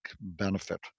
benefit